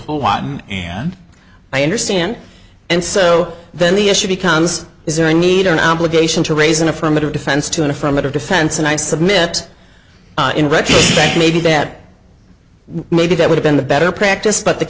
won and i understand and so then the issue becomes is there a need or an obligation to raise an affirmative defense to an affirmative defense and i submit in record i think maybe that maybe that would have been the better practice but the